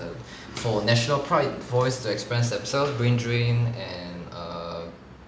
for national pride voice to express themselves brain drain and err